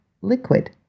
liquid